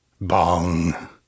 Bong